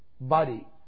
body